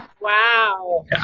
Wow